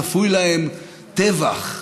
צפוי להם טבח בגולה.